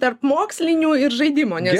tarp mokslinių ir žaidimo nes